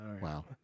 Wow